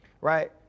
Right